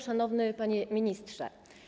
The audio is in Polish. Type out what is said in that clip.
Szanowny Panie Ministrze!